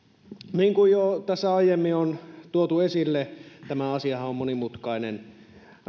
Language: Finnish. niin kuin tässä jo aiemmin on tuotu esille tämä asiahan on monimutkainen